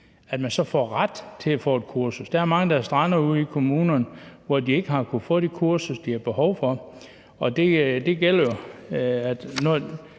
så får ret til at få et kursus. Der er mange, der strander ude i kommunerne, fordi de ikke har kunnet få det kursus, de har behov for. Når de så har en aftale,